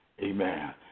Amen